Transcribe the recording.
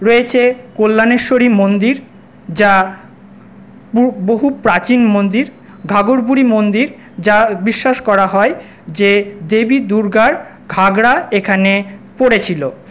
রয়েছে কল্যাণেশ্বরী মন্দির যা বহু প্রাচীন মন্দির ঘাঘরবুড়ি মন্দির যা বিশ্বাস করা হয় যে দেবী দুর্গার ঘাগরা এখানে পড়েছিল